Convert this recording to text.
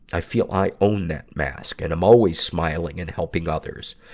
i feel i own that mask and am always smiling and helping others.